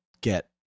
get